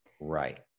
Right